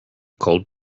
cold